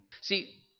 See